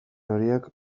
horiek